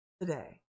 today